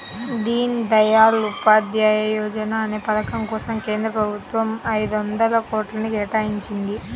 దీన్ దయాళ్ ఉపాధ్యాయ యోజనా అనే పథకం కోసం కేంద్ర ప్రభుత్వం ఐదొందల కోట్లను కేటాయించింది